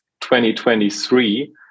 2023